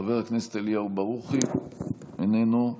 חבר הכנסת אליהו ברוכי, איננו,